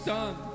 done